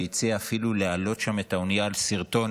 והציע אפילו להעלות שם את האונייה על שרטון